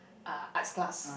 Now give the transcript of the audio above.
uh arts class